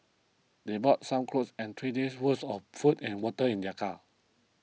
they bought some clothes and three days' worth of food and water in their car